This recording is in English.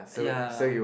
ya